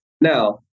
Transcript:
Now